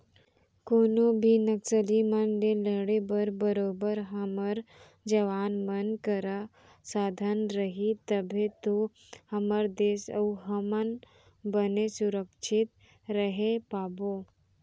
कोनो भी नक्सली मन ले लड़े बर बरोबर हमर जवान मन करा साधन रही तभे तो हमर देस अउ हमन बने सुरक्छित रहें पाबो